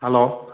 hello